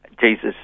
Jesus